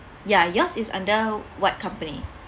ya yours is under what company